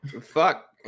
Fuck